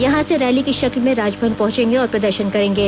यहां से रैली की शक्ल में राजभवन पहुचेंगे और प्रदर्शन करेंगे